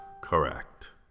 Correct